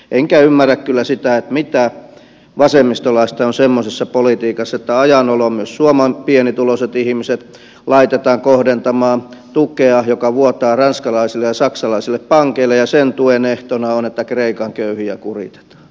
enkä ymmärrä kyllä sitä mitä vasemmistolaista on semmoisessa politiikassa että ajan oloon myös suomen pienituloiset ihmiset laitetaan kohdentamaan tukea joka vuotaa ranskalaisille ja saksalaisille pankeille ja sen tuen ehtona on että kreikan köyhiä kuritetaan